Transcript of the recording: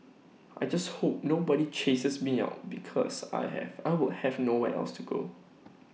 I just hope nobody chases me out because I have I would have nowhere else to go